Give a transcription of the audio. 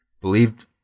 believed